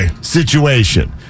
situation